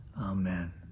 Amen